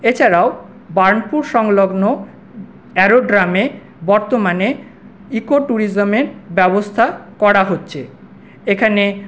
এছাড়াও বার্নপুর সংলগ্ন অ্যারোড্রমে বর্তমানে ইকোট্যুরিজমের ব্যবস্থা করা হচ্ছে এখানে